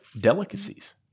delicacies